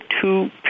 two